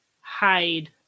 hide